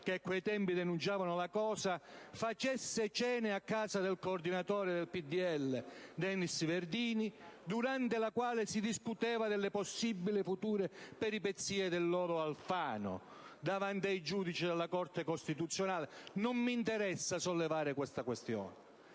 che a quei tempi denunciavano la cosa, faceva cene a casa del coordinatore del PdL, Denis Verdini, durante le quali si discuteva delle possibili future peripezie del lodo Alfano davanti ai giudici della Corte costituzionale. Non mi interessa sollevare tale questione;